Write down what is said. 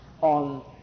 on